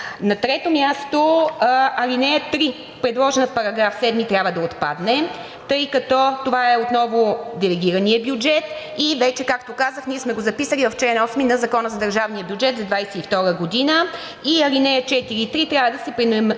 На трето място, ал. 3, предложена в § 7, трябва да отпадне, тъй като това е отново делегираният бюджет и вече, както казах, ние сме го записали в чл. 8 на Закона за държавния бюджет за 2022 г. и ал. 4 и 3 трябва да се преномерират